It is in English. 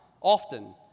often